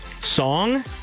Song